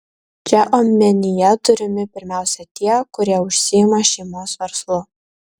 čia omenyje turimi pirmiausia tie kurie užsiima šeimos verslu